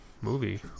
movie